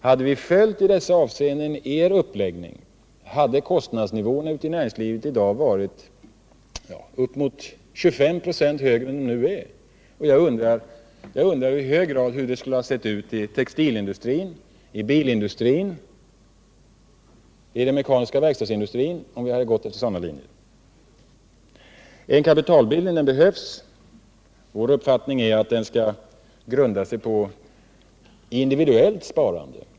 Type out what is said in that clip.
Hade vi följt er uppläggning i dessa hänseenden hade kostnadsnivån i dag ute i näringslivet varit upp emot 25 926 högre än den nu är. Jag undrar mycket hur det skulle ha sett ut i textilindustrin, i bilindustrin, i den mekaniska verkstadsindustrin om vi hade gått efter sådana linjer. En kapitalbildning behövs. Vår uppfattning är att den skall grunda sig på individuellt sparande.